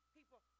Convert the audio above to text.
people